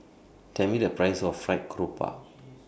Tell Me The Price of Fried Garoupa